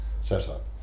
setup